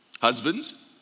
Husbands